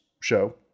show